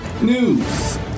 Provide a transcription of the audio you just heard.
news